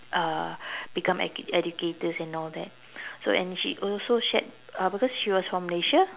uh become educators and all that so and she also shared uh because she was from Malaysia